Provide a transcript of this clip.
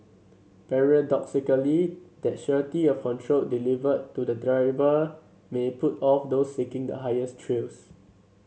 paradoxically that surety of control delivered to the driver may put off those seeking the highest thrills